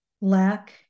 lack